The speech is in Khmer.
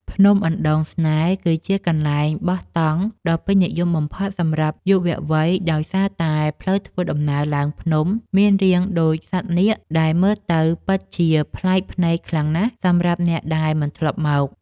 ភ្នំអណ្ដូងស្នេហ៍ គឺជាកន្លែងបោះតង់ដ៏ពេញនិយមបំផុតសម្រាប់យុវវ័យដោយសារតែផ្លូវធ្វើដំណើរឡើងភ្នំមានរាងដូចសត្វនាគបត់បែនដែលមើលទៅពិតជាប្លែកភ្នែកខ្លាំងណាស់សម្រាប់អ្នកដែលមិនធ្លាប់មក។